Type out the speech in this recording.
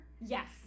Yes